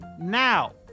now